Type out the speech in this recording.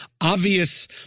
obvious